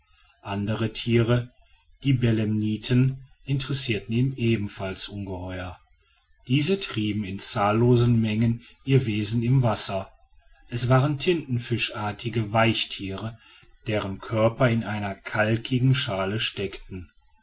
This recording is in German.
andere tiere die belemniten interessierten ihn ebenfalls ungeheuer diese trieben in zahllosen mengen ihr wesen im wasser es waren tintenfischartige weichtiere deren körper in einer kalkigen schale steckten